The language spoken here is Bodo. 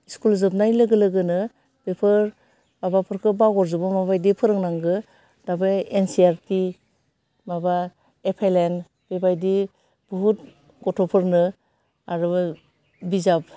स्कुल जोबनाय लोगो लोगोनो बेफोर माबाफोरखौ बावगार जोबो माबादि फोरोंनांगो दा बे एनसिइआरटि माबा एपएलएन बेबायदि बहुत गथ'फोरनो आरो बिजाब